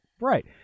right